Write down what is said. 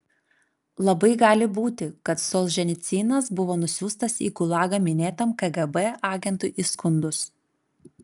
labai gali būti kad solženicynas buvo nusiųstas į gulagą minėtam kgb agentui įskundus